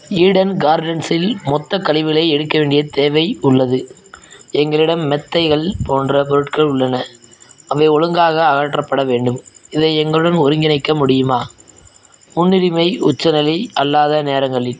Eden கார்டன்ஸில் மொத்தக் கழிவுகளை எடுக்க வேண்டிய தேவை உள்ளது எங்களிடம் மெத்தைகள் போன்ற பொருட்கள் உள்ளன அவை ஒழுங்காக அகற்றப்பட வேண்டும் இதை எங்களுடன் ஒருங்கிணைக்க முடியுமா முன்னுரிமை உச்சநிலை அல்லாத நேரங்களில்